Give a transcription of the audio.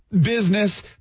business